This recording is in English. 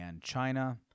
China